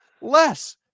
less